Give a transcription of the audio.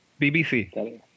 BBC